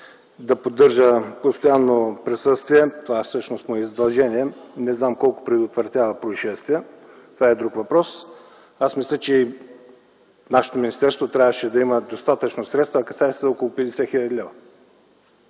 да поддържа постоянно присъствие, това всъщност му е и задължение, не знам доколко предотвратява произшествия – това е друг въпрос. Аз мисля, че вашето министерство трябваше да има достатъчно средства, касае се за около 50 хил.